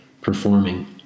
performing